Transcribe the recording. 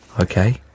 Okay